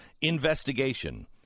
investigation